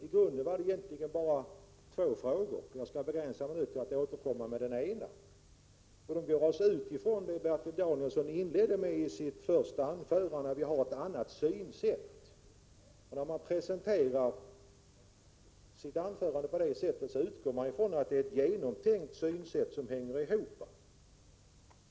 I grunden var det bara två frågor, och jag skall begränsa mig till att återkomma med den ena. Bertil Danielsson inledde sitt första anförande med att säga att vi har olika synsätt. När han presenterar sitt anförande på detta sätt, utgår jag från att han har ett genomtänkt synsätt som hänger ihop.